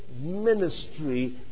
ministry